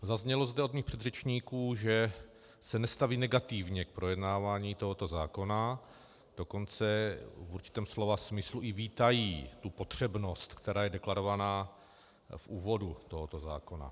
Zaznělo zde od mých předřečníků, že se nestaví negativně k projednávání tohoto zákona, dokonce v určitém slova smyslu i vítají tu potřebnost, která je deklarována v úvodu tohoto zákona.